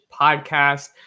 Podcast